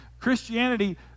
Christianity